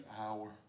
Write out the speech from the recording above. hour